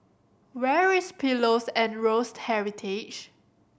where is Pillows and Roast Heritage